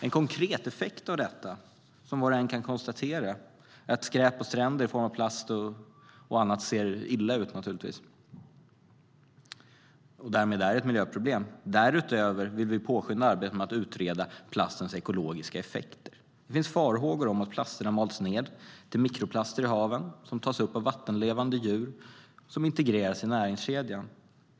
En konkret effekt av detta som var och en kan konstatera är att skräp på stränder i form av plast och annat ser illa ut och därmed är ett miljöproblem. Därutöver vill vi påskynda arbetet med att utreda plastens ekologiska effekter. Det finns farhågor om att plasterna mals ned till mikroplaster i haven som tas upp av vattenlevande djur och integreras i näringskedjan.